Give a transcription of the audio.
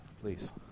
please